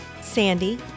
sandy